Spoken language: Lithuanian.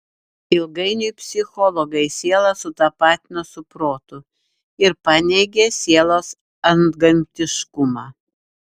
ilgainiui psichologai sielą sutapatino su protu ir paneigė sielos antgamtiškumą